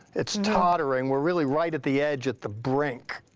it's tottering. we're really right at the edge, at the brink.